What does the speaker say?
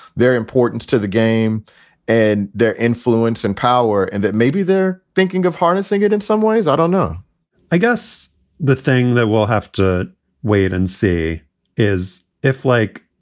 their importance to the game and their influence and power and that maybe they're thinking of harnessing it in some ways. i don't know i guess the thing that we'll have to wait and see is if, like,